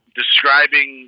describing